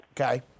okay